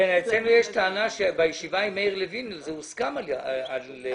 יש טענה שבישיבה עם מאיר לוין זה הוסכם על מאיר לוין.